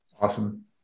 Awesome